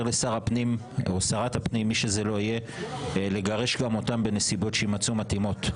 לשר או שרת הפנים לגרש גם אותם בנסיבות שיימצאו מתאימות.